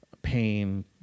pain